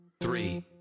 three